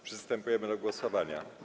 Przystępujemy do głosowania.